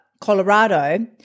Colorado